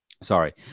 sorry